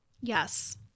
Yes